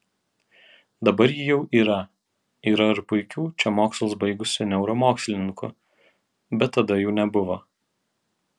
dabar ji jau yra yra ir puikių čia mokslus baigusių neuromokslininkų bet tada jų nebuvo